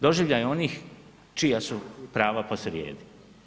Doživljaj onih čija su prava posrijedi.